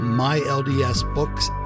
myldsbooks